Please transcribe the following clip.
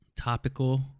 Topical